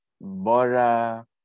Bora